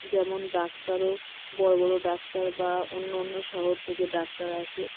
যেমন ডাক্তারও বড় বড় ডাক্তার বা অন্য অন্য শহর থেকে ডাক্তার আসে